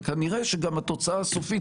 וכנראה שגם התוצאה הסופית,